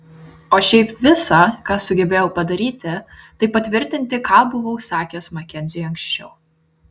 o šiaip visa ką sugebėjau padaryti tai patvirtinti ką buvau sakęs makenziui anksčiau